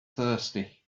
thirsty